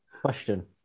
Question